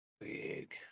Big